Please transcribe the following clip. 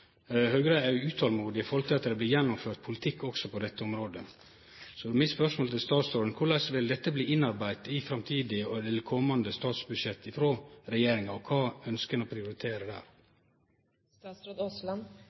gjennomført ein politikk også på dette området. Mitt spørsmål til statsråden er difor: Korleis vil dette bli innarbeidd i komande statsbudsjett frå regjeringa? Kva ønskjer ein å prioritere